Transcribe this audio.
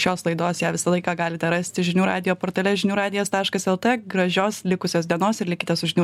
šios laidos ją visą laiką galite rasti žinių radijo portale žinių radijo taškas lt gražios likusios dienos ir likite su žinių radiju